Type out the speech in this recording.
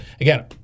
again